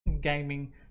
gaming